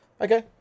Okay